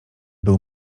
był